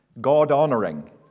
God-honoring